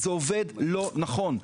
זה עובד לא נכון.